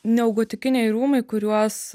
neogotikiniai rūmai kuriuos